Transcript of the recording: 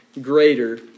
greater